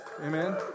Amen